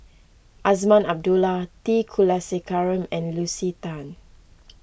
Azman Abdullah T Kulasekaram and Lucy Tan